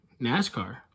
NASCAR